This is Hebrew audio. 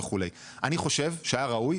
אני חושב שיהיה ראוי,